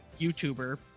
YouTuber